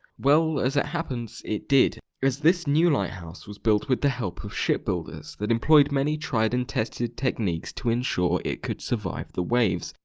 well as it happens. it did, as this new lighthouse was built with the help of shipbuilders that employed many tried and tested techniques to ensure it could survive the waves,